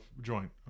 joint